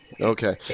Okay